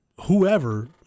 whoever